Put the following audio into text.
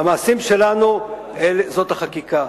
והמעשים שלנו הם בחקיקה.